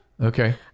Okay